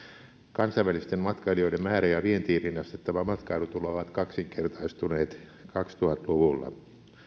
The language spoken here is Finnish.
kansainvälisten matkailijoiden määrä ja vientiin rinnastettava matkailutulo ovat kaksinkertaistuneet kaksituhatta luvulla